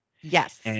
yes